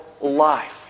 life